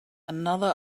another